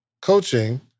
coaching